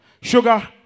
Sugar